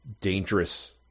dangerous